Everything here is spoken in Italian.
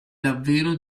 davvero